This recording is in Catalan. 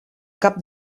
cap